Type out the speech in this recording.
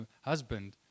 husband